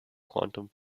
quantum